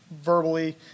verbally